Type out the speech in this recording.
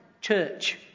church